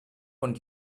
und